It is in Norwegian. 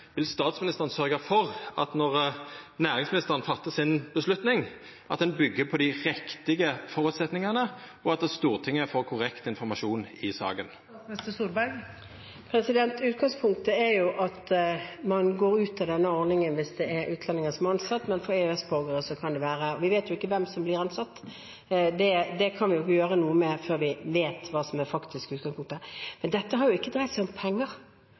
Vil statsministeren sørgja for at ein – når næringsministeren tek ei avgjerd – byggjer på dei riktige føresetnadene, og at Stortinget får korrekt informasjon i saka? Utgangspunktet er at man går ut av denne ordningen hvis det er utlendinger som er ansatt. Men vi vet jo ikke hvem som blir ansatt. Det kan vi ikke gjøre noe med før vi vet hva som faktisk er utgangspunktet. Men dette har jo ikke dreid seg om penger.